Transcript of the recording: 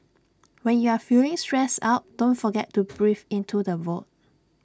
when you are feeling stressed out don't forget to breathe into the void